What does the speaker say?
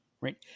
Right